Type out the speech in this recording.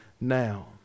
now